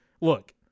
look